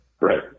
right